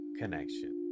connection